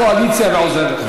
אני בקואליציה ועוזר לך.